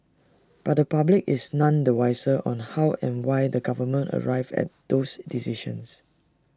but the public is none the wiser on how and why the government arrived at those decisions